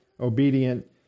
obedient